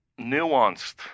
nuanced